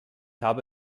habe